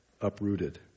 uprooted